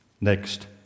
next